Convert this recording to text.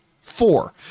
four